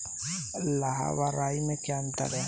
लाह व राई में क्या अंतर है?